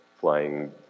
flying